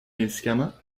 médicaments